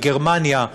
מגרמניה,